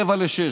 05:45,